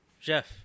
Jeff